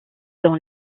dans